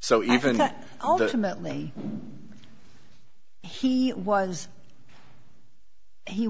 so even at all doesn't that mean he was he